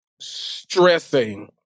stressing